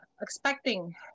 expecting